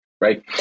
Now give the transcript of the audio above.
right